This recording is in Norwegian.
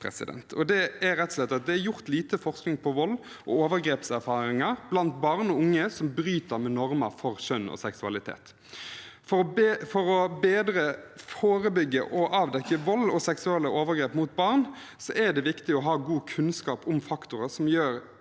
det er gjort lite forskning på vold og overgrepserfaringer blant barn og unge som bryter med normer for kjønn og seksualitet. For bedre å forebygge og avdekke vold og seksuelle overgrep mot barn er det viktig å ha god kunnskap om faktorer som gjør